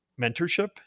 mentorship